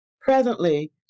Presently